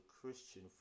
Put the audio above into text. Christian